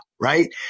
right